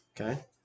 Okay